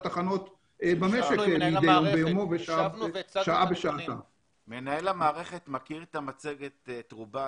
בעומסים גבוהים נובע מזה שהן שומרות על תגובת